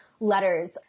letters